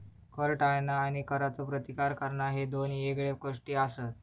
कर टाळणा आणि करचो प्रतिकार करणा ह्ये दोन येगळे गोष्टी आसत